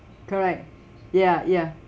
correct ya ya